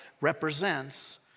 represents